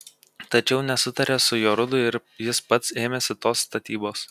tačiau nesutarė su jorudu ir jis pats ėmėsi tos statybos